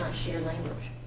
share language?